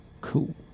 Cool